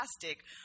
fantastic